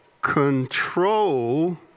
control